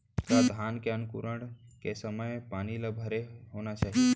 का धान के अंकुरण के समय पानी ल भरे होना चाही?